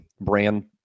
brand